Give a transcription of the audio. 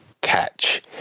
catch